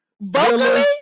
Vocally